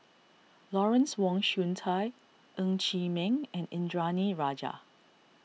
Lawrence Wong Shyun Tsai Ng Chee Meng and Indranee Rajah